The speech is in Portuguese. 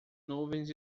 nuvens